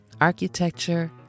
architecture